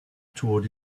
toward